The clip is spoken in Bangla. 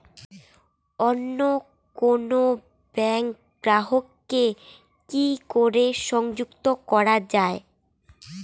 অন্য কোনো ব্যাংক গ্রাহক কে কি করে সংযুক্ত করা য়ায়?